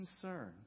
concern